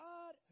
God